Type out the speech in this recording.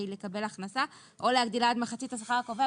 לקבל הכנסה או להגדילה עד מחצית השכר הקובע".